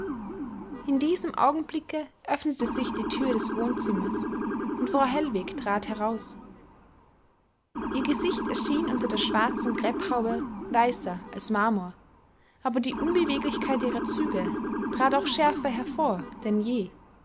in diesem augenblicke öffnete sich die thür des wohnzimmers und frau hellwig trat heraus ihr gesicht erschien unter der schwarzen krepphaube weißer als marmor aber die unbeweglichkeit ihrer züge trat auch schärfer hervor denn je